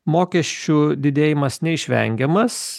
mokesčių didėjimas neišvengiamas